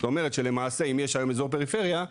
זאת אומרת אם למעשה יש היום אזור פריפריה,